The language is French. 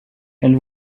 elle